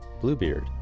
Bluebeard